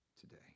today